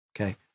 Okay